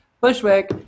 Bushwick